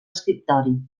escriptori